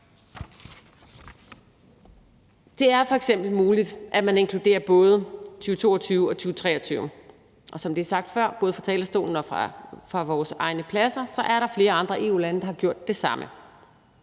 Det er f.eks. muligt, at man inkluderer både 2022 og 2023, og som det er sagt før, både fra talerstolen og fra vores egne pladser, er der flere andre EU-lande, der har gjort det samme.